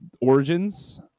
Origins